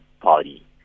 party